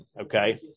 Okay